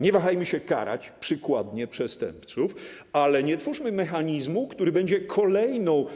nie wahajmy się karać przykładnie przestępców, ale nie twórzmy mechanizmu, który będzie kolejną.